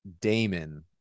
Damon